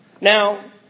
Now